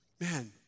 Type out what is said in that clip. Man